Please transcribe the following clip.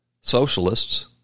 socialists